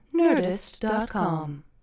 Nerdist.com